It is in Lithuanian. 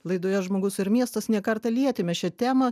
laidoje žmogus ir miestas ne kartą lietėme šią temą